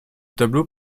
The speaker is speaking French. tableau